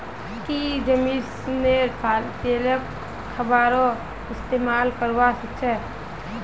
की जैस्मिनेर तेलक खाबारो इस्तमाल करवा सख छ